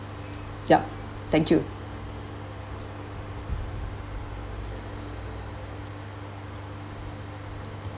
yup thank you